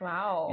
Wow